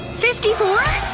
fifty-four?